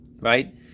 Right